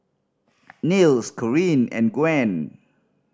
Nils Corinne and Gwen